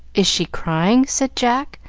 is she crying? said jack,